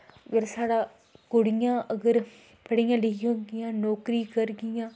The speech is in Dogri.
अगर साढ़ै कुड़ियां अगर पढ़ियां लिखियां होगियां नौकरी करगियां